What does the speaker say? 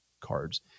cards